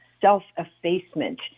self-effacement